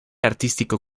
artístico